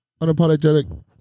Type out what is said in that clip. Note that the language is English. Unapologetic